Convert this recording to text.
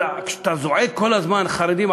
אבל כשאתה זועק כל הזמן: חרדים,